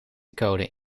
code